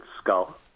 skull